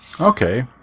Okay